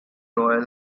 royal